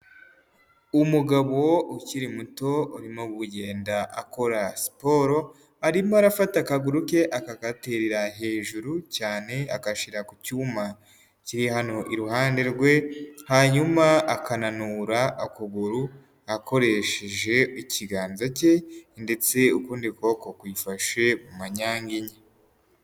Umugabo ukiri muto arimo kugenda akora siporo arimo arafata akaguru ke akagaterera hejuru cyane akagashyira ku cyuma kiriha iruhande rwe hanyuma akananura ukuguru akoresheje ikiganza cye ndetse ukundi kuboko kwifashe mu manyanginya.